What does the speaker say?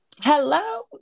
Hello